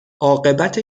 عاقبت